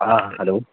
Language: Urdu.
ہاں ہیلو